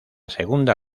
segunda